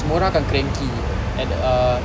semua orang akan cranky at uh